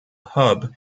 hub